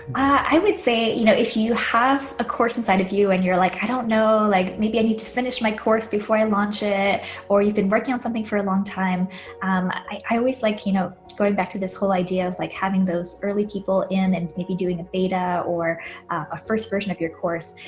i would say you know if you you have a course inside of you and you're like i don't know like maybe i need to finish my course before i launch it or you've been working on something for a long time and i always like you know, going back to this whole idea of like having those early people in and maybe doing data or ah first version of your course.